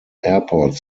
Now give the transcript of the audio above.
airport